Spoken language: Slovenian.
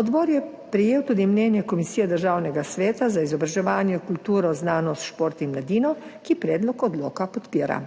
Odbor je prejel tudi mnenje Komisije Državnega sveta za izobraževanje, kulturo, znanost, šport in mladino, ki predlog odloka podpira.